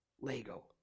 Lego